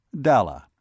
Dalla